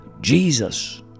Jesus